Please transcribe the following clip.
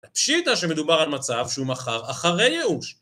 הפשיטא שמדובר על מצב שהוא מכר אחרי ייאוש